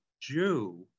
Jew